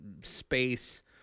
space